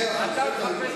אחוז.